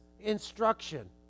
instruction